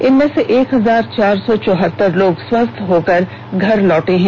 इनमें से एक हजार चार सौ चौहत्तर लोग स्वस्थ होकर घर लौट चुके हैं